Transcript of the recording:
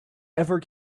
ever